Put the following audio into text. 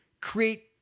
create